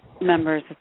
members